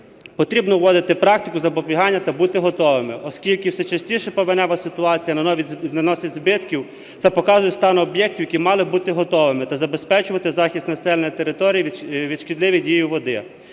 Потрібно вводити практику запобігання та бути готовими, оскільки все частіше повенева ситуація наносить збитків та показує стан об'єктів, які мали би бути готовими та забезпечувати захист населення територій від шкідливої дії води.